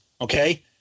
okay